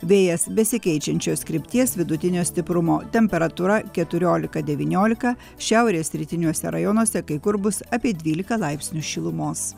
vėjas besikeičiančios krypties vidutinio stiprumo temperatūra keturiolika devyniolika šiaurės rytiniuose rajonuose kai kur bus apie dvylika laipsnių šilumos